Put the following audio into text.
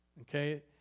Okay